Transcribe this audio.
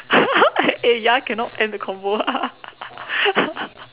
eh ya cannot end the convo ah